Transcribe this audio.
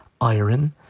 iron